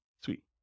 Sweet